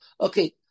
Okay